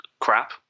crap